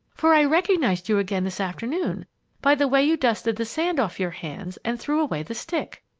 for i recognized you again this afternoon by the way you dusted the sand off your hands and threw away the stick!